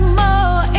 more